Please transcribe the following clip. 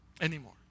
anymore